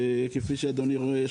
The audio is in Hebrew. כפי שאדוני רואה,